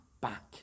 back